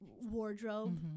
wardrobe